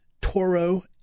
Toro